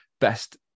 best